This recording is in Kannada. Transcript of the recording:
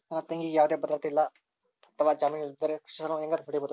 ನನ್ನ ತಂಗಿಗೆ ಯಾವುದೇ ಭದ್ರತೆ ಅಥವಾ ಜಾಮೇನು ಇಲ್ಲದಿದ್ದರೆ ಕೃಷಿ ಸಾಲವನ್ನು ಹೆಂಗ ಪಡಿಬಹುದು?